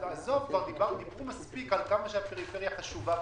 כבר דיברנו על כך שהפריפריה חשובה,